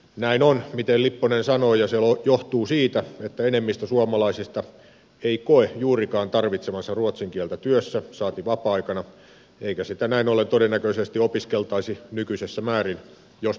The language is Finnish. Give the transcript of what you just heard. näin on miten lipponen sanoi ja se johtuu siitä että enemmistö suomalaisista ei koe juurikaan tarvitsevansa ruotsin kieltä työssä saati vapaa aikana eikä sitä näin ollen todennäköisesti opiskeltaisi nykyisessä määrin jos pakko poistuisi